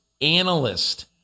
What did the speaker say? analyst